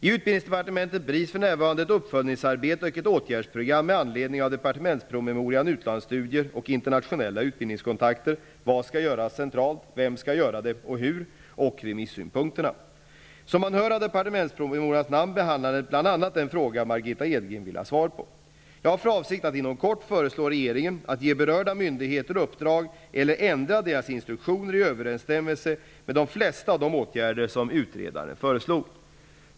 I Utbildningsdepartementet bedrivs för närvarande ett uppföljningsarbete och ett åtgärdsprogram med anledning av departementspromemorian Utlandsstudier och Internationella utbildningskontakter -- Vad ska göras centralt, vem ska göra det och hur? och remissynpunkterna. Som man hör av departementspromemorians namn, behandlar den bl.a. den fråga Margitta Edgren vill ha svar på. Jag har för avsikt att inom kort föreslå regeringen att ge berörda myndigheter uppdrag eller ändra deras instruktioner i överensstämmelse med de flesta av de åtgärder som utredaren föreslog.